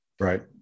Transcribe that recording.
Right